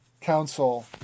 council